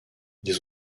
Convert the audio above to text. ils